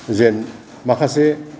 जेन माखासे